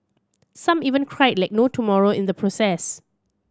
some even cried like no tomorrow in the process